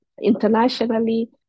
Internationally